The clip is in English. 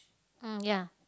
mm ya